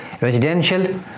residential